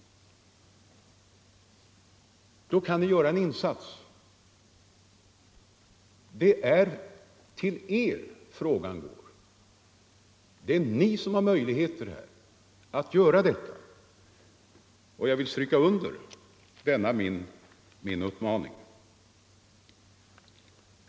Då kan ni göra en insats. Det är till er uppmaningen går. Ni kan här göra en insats. Jag vill stryka under denna min uppmaning.